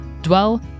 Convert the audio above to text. Dwell